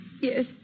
Yes